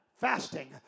Fasting